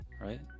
right